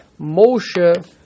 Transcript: Moshe